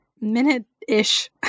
minute-ish